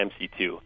MC2